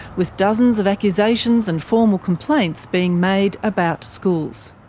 with dozens of accusations and formal complaints being made about schools.